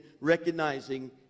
recognizing